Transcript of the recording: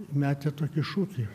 metė tokį šūkį